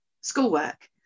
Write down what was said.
schoolwork